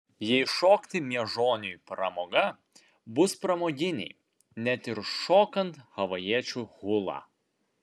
jei šokti miežoniui pramoga bus pramoginiai net ir šokant havajiečių hulą